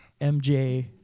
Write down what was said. MJ